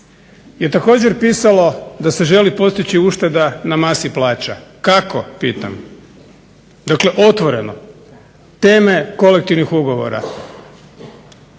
je također pisalo da se želi postići ušteda na masi plaća. Kako pitam? Dakle otvoreno. Teme kolektivnih ugovora,